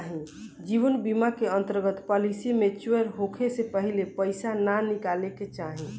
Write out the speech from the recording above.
जीवन बीमा के अंतर्गत पॉलिसी मैच्योर होखे से पहिले पईसा ना निकाले के चाही